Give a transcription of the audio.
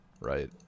right